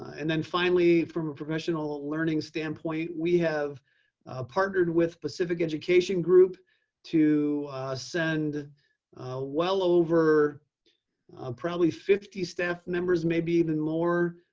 and then finally from a professional ah learning standpoint, we have partnered with pacific education group to send well over probably fifty staff members may be even more.